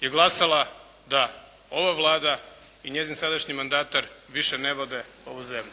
je glasala da ova Vlada i njezin sadašnji mandatar više ne vode ovu zemlju.